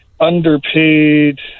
underpaid